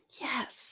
yes